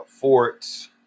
forts